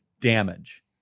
damage